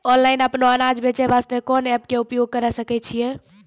Online अपनो अनाज बेचे वास्ते कोंन एप्प के उपयोग करें सकय छियै?